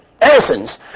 essence